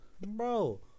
Bro